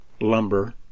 lumber